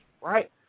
Right